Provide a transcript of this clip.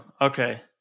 Okay